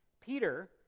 Peter